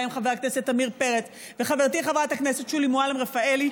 ובהם חבר הכנסת עמיר פרץ וחברתי חברת הכנסת שולי מועלם-רפאלי,